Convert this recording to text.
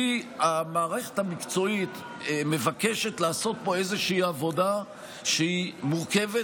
כי המערכת המקצועית מבקשת לעשות פה איזושהי עבודה שהיא מורכבת,